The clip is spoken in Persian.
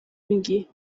میگی